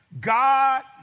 God